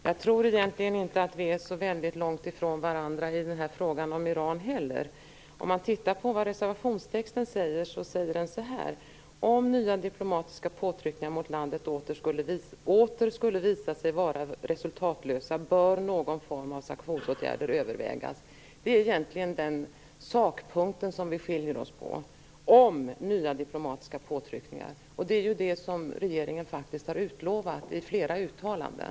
Fru talman! Jag tror egentligen inte att vi är så väldigt långt ifrån varandra i frågan om Iran heller. Reservationstexten lyder så här: "Om nya diplomatiska påtryckningar mot landet åter skulle visa sig vara resultatlösa bör någon form av sanktionsåtgärder övervägas." Det är egentligen den punkt som vi skiljer oss på: "Om nya diplomatiska påtryckningar.-.-.". Det är ju det som regeringen faktisk har utlovat i flera uttalanden.